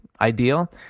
ideal